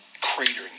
cratering